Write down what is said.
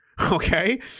okay